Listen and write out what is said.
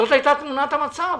זאת הייתה תמונת המצב.